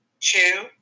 Two